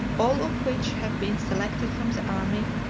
all of which have been selected from the army,